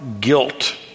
guilt